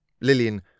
Lillian